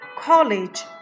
college